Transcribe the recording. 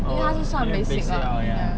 因为他是算 basic [what]